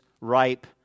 ripe